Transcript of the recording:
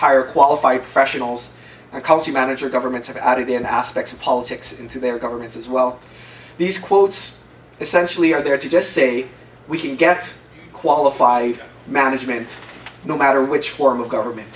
hire qualified professionals cause the manager governments have added in aspects of politics into their governments as well these quotes essentially are there to just say we can get qualified management no matter which form of government